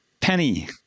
Penny